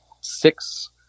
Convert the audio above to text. six